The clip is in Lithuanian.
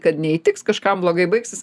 kad neįtiks kažkam blogai baigsis